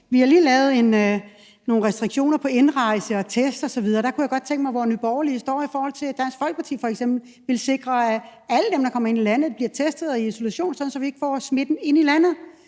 Vi har lige lavet nogle restriktioner med hensyn til indrejse og test osv. Der kunne jeg godt tænke mig at høre, hvor Nye Borgerlige står, i forhold til at Dansk Folkeparti f.eks. ville sikre, at alle dem, der kommer ind i landet, bliver testet og kommer i isolation, sådan at vi ikke får smitten inde i landet.